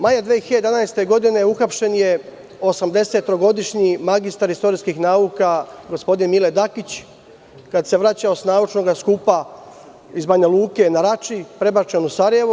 Maja 2011. godine uhapšen je 83-godišnji magistar istorijskih nauka gospodin Mile Dakić kada se vraćao sa naučnog skupa iz Banja Luke na Rači, prebačen je u Sarajevo.